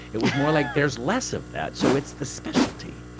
it was more like, there's less of that so it's the specialty.